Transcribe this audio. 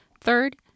Third